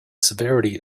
severity